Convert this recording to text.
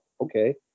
okay